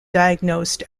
diagnosed